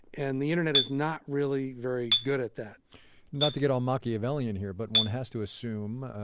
and the internet is not really very good at that not to get all machiavellian here, but one has to assume,